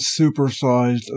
supersized